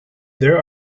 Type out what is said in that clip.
there